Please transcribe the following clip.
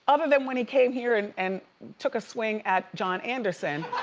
other than when he came here and and took a swing at john anderson